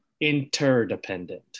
interdependent